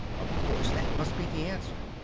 of course that must be the answer.